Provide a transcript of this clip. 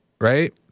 right